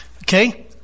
Okay